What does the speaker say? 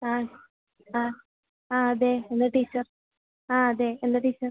ആ ആ ആ അതെ എന്താണ് ടീച്ചർ ആ അതെ എന്താണ് ടീച്ചർ